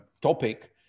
topic